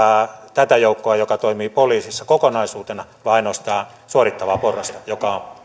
tätä joukkoa joka toimii poliisissa kokonaisuutena vai ainoastaan suorittavaa porrasta joka